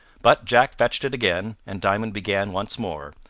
but jack fetched it again, and diamond began once more,